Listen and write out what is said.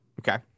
Okay